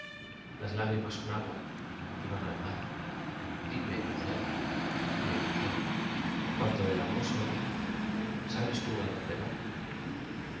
las lágrimas son agua y van al mar dime mujer cuando el amor se olvida sabes tú adónde va